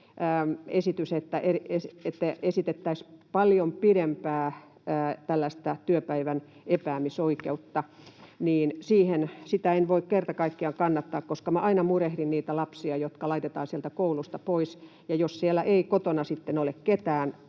esitys, että esitettäisiin paljon pidempää työpäivän epäämisoikeutta. Sitä en voi kerta kaikkiaan kannattaa, koska minä aina murehdin niitä lapsia, jotka laitetaan sieltä koulusta pois, jos siellä kotona ei sitten